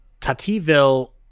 TatiVille